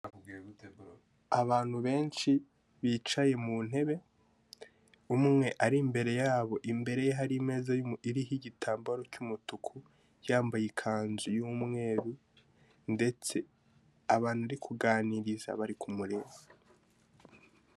Abantu benshi bicaye mu ntebe, umwe ari imbere yabo imbere ye hari imeza iriho igitambaro cy'umutuku, yambaye ikanzu y'umweru ndetse abantu bari kuganiriza bari kumureba.